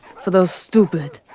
for those stupid,